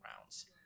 rounds